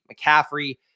McCaffrey